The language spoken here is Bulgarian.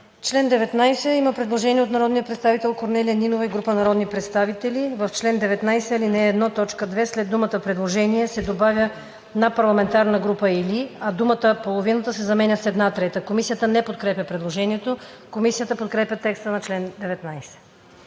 чл. 19 има предложение на народния представител Корнелия Нинова и група народни представители: „В чл. 19, ал. 1, т. 2 след думата „предложение“ се добавя „на парламентарна група или“, а думата „половината“ се заменя с „една трета“.“ Комисията не подкрепя предложението. Комисията подкрепя текста на чл. 19.